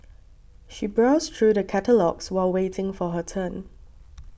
she browsed through the catalogues while waiting for her turn